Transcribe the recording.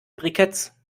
briketts